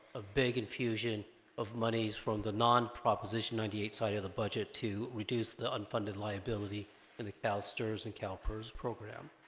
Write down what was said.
big infusion of monies from the non proposition ninety eight side of the budget to reduce the unfunded liability in the calstrs and calpers program